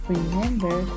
Remember